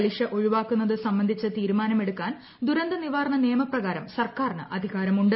പലിശ ഒഴിവാക്കുന്നത് സംബന്ധിച്ച് തീരുമാനമെടുക്കാൻ ദുരന്തനിവാരണ നിയമപ്രകാരം സർക്കാരിന് അധികാരമുണ്ട്